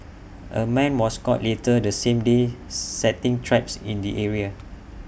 A man was caught later the same day setting traps in the area